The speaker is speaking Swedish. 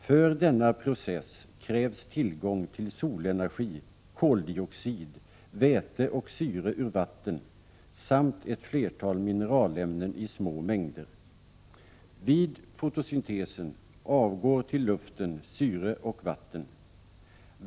För denna process krävs tillgång till solenergi, koldioxid, väte och syre ur vatten, samt ett flertal mineralämnen i små mängder. Vid fotosyntesen avgår till luften syre och vatten.